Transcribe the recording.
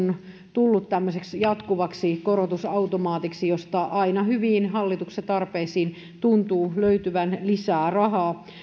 tullut tämmöiseksi jatkuvaksi korotusautomaatiksi josta aina hyviin hallituksen tarpeisiin tuntuu löytyvän lisää rahaa